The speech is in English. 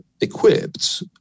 equipped